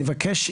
אני מבקש,